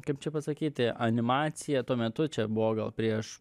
kaip čia pasakyti animacija tuo metu čia buvo gal prieš